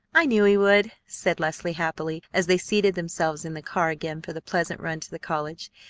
i knew he would, said leslie happily, as they seated themselves in the car again for the pleasant run to the college.